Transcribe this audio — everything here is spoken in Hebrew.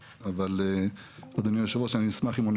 אבל אדוני היושב ראש אני אשמח אם אני